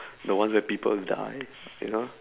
the ones that people die you know